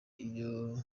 iyo